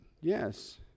Yes